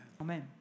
Amen